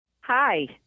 Hi